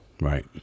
Right